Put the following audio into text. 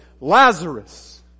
Lazarus